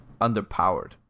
underpowered